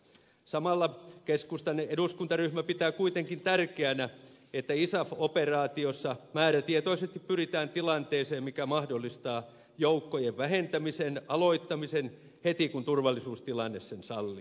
samalla keskustan eduskuntaryhmä pitää kuitenkin tärkeänä että isaf operaatiossa määrätietoisesti pyritään tilanteeseen mikä mahdollistaa joukkojen vähentämisen aloittamisen heti kun turvallisuustilanne sen sallii